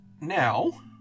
Now